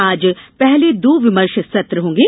आज पहले दो विमर्श सत्र होंगे